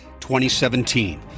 2017